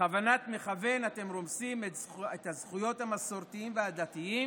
בכוונת מכוון אתם רומסים את זכויות המסורתיים והדתיים,